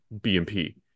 BMP